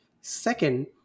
second